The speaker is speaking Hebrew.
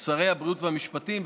שר הבריאות ושר המשפטים,